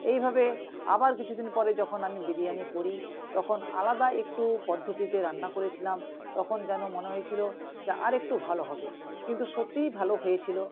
এইভাবে আবার কিছু দিন পরে যখন আমি বিরিয়ানি করি তখন আলাদা একটু পদ্ধতিতে রান্না করেছিলাম তখন যেন মনে হয়েছিল যে আর একটু ভালো হবে কিন্তু সত্যিই ভালো হয়েছিল